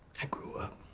i grew up.